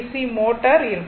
C motor இருக்கும்